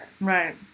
Right